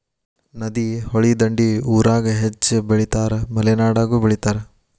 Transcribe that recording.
ನದಿ, ಹೊಳಿ ದಂಡಿ ಊರಾಗ ಹೆಚ್ಚ ಬೆಳಿತಾರ ಮಲೆನಾಡಾಗು ಬೆಳಿತಾರ